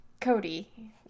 Cody